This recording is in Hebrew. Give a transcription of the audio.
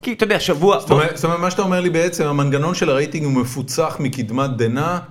כי אתה יודע, שבוע... זאת אומרת, מה שאתה אומר לי בעצם, המנגנון של הרייטינג הוא מפוצח מקדמת דנא?